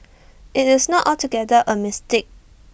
IT is not altogether A mistake